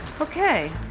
Okay